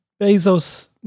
Bezos